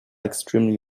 extremely